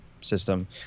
system